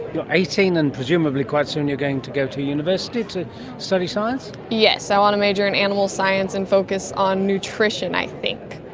you're eighteen, and presumably quite soon you're going to go to university to study science? yes, i want to major in animal science and focus on nutrition i think.